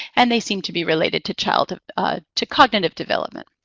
and they seem to be related to childhood ah to cognitive development.